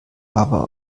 aber